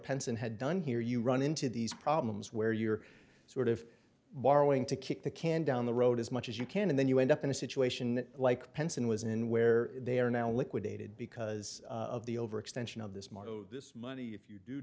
pence and had done here you run into these problems where you're sort of borrowing to kick the can down the road as much as you can and then you end up in a situation like penson was in where they are now liquidated because of the overextension of this model this money if you